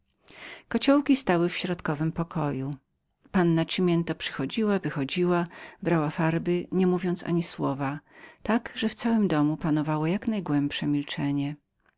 kociołki stały w środkowym pokoju panna cimiento przychodziła wychodziła brała farby nie mówiąc ani słowa tak że w całym domu panowało jak najgłębsze milczenie